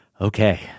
Okay